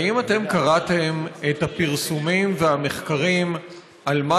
האם אתם קראתם את הפרסומים והמחקרים על מה